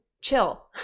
chill